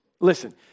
Listen